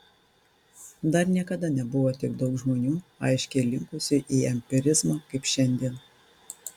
dar niekada nebuvo tiek daug žmonių aiškiai linkusių į empirizmą kaip šiandien